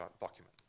document